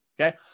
Okay